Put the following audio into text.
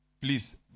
please